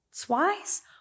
twice